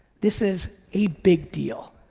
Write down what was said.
this is a big deal.